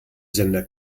sender